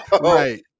right